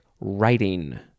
writing